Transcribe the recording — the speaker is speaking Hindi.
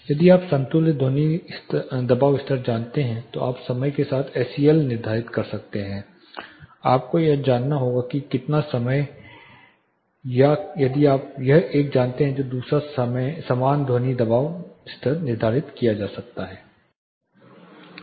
यदि आप समतुल्य ध्वनि दबाव स्तर जानते हैं तो आप समय के साथ SEL निर्धारित कर सकते हैं आपको यह जानना होगा कि यह कितना समय है या यदि आप एक जानते हैं तो दूसरा समान ध्वनि दबाव स्तर निर्धारित किया जा सकता है